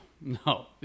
no